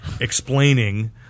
explaining